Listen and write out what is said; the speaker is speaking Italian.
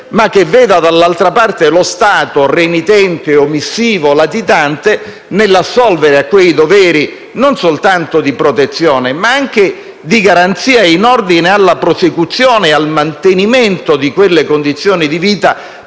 Non era ipotizzabile uno Stato renitente, omissivo e latitante nell'assolvere ai suoi doveri, non soltanto di protezione ma anche di garanzia, in ordine alla prosecuzione e al mantenimento di condizioni di vita